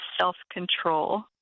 self-control